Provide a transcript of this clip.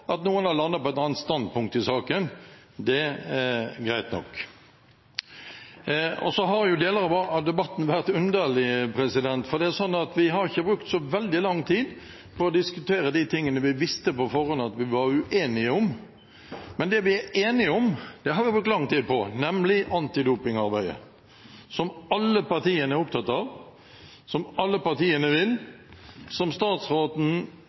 at noen har landet på et annet standpunkt i saken, det er greit nok. Deler av debatten har vært underlig, for vi har ikke brukt så veldig lang tid på å diskutere det vi visste på forhånd at vi var uenige om. Men det vi er enige om, har vi brukt lang tid på, nemlig antidopingarbeidet som alle partiene er opptatt av, som alle partiene ønsker, og som statsråden